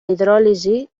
hidròlisi